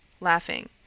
laughing